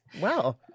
Wow